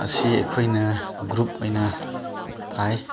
ꯑꯁꯤ ꯑꯩꯈꯣꯏꯅ ꯒ꯭ꯔꯨꯞ ꯑꯣꯏꯅ ꯐꯥꯏ